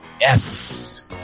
yes